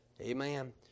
Amen